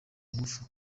ngufu